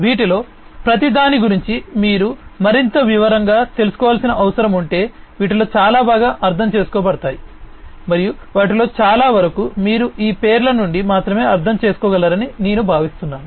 వీటిలో ప్రతి దాని గురించి మీరు మరింత వివరంగా తెలుసుకోవాల్సిన అవసరం ఉంటే వీటిలో చాలా బాగా అర్థం చేసుకోబడ్డాయి మరియు వాటిలో చాలావరకు మీరు ఈ పేర్ల నుండి మాత్రమే అర్థం చేసుకోగలరని నేను భావిస్తున్నాను